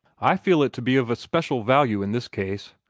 i feel it to be of especial value in this case,